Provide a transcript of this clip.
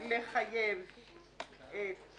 "להודיע למנפיקים ולסולקים כי עליהם להפסיק לחייב את